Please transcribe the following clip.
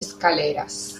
escaleras